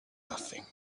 nothing